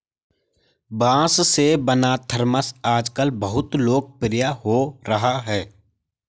बाँस से बना थरमस आजकल बहुत लोकप्रिय हो रहा है